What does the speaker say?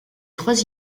trois